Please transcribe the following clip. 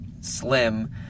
slim